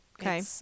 Okay